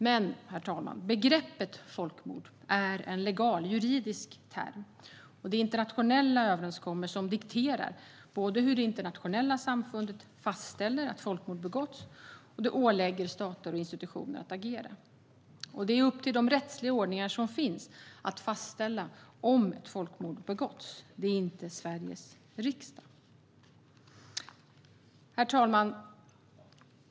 Men, herr talman, begreppet folkmord är en legal, juridisk term. Det är internationella överenskommelser som dikterar hur det internationella samfundet fastställer att folkmord har begåtts, och det ålägger stater och institutioner att agera. Det är upp till de rättsliga ordningar som finns att fastställa om ett folkmord har begåtts, det är inte upp till Sveriges riksdag. Herr talman!